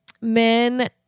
men